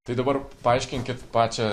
tai dabar paaiškinkit pačią